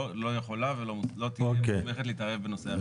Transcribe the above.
לא יכולה ולא תהיה מוסמכת להתערב בנושא אכיפה.